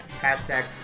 Hashtag